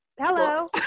Hello